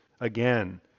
again